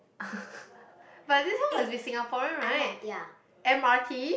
but this one must be Singaporean right m_r_t